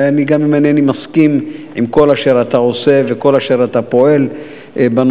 וגם אם אינני מסכים עם כל אשר אתה עושה וכל אשר אתה פועל בנושא,